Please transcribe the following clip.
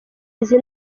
izi